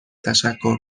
تشکر